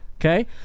okay